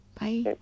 Bye